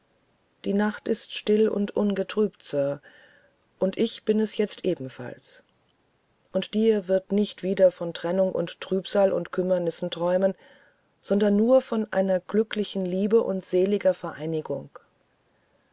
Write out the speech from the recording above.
die nacht ist still und ungetrübt sir und ich bin es jetzt ebenfalls und dir wird nicht wieder von trennung und trübsal und kümmernissen träumen sondern nur von einer glücklichen liebe und seliger vereinigung